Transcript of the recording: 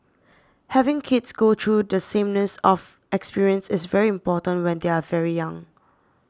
having kids go through the sameness of experience is very important when they are very young